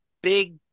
Big